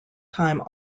time